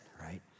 right